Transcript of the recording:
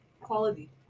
quality